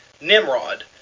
Nimrod